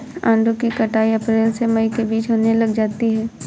आड़ू की कटाई अप्रैल से मई के बीच होने लग जाती है